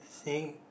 staring